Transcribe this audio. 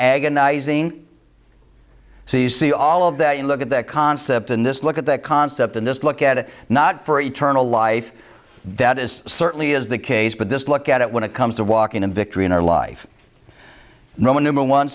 agonizing so you see all of that you look at that concept in this look at that concept in this look at it not for eternal life that is certainly is the case but just look at it when it comes to walking in victory in our life roman numeral one